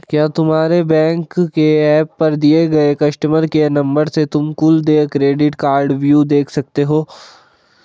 क्या तुम्हारे बैंक के एप पर दिए गए कस्टमर केयर नंबर से तुम कुल देय क्रेडिट कार्डव्यू देख सकते हो?